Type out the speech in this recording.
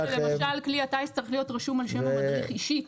אני רק אומר שלמשל כלי הטיס צריך להיות רשום על שם המדריך אישית.